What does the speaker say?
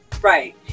right